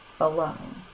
alone